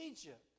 Egypt